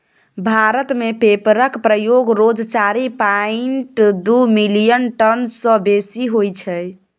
भारत मे पेपरक प्रयोग रोज चारि पांइट दु मिलियन टन सँ बेसी होइ छै